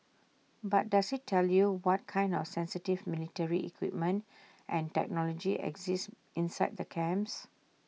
but does IT tell you what kind of sensitive military equipment and technology exist inside the camps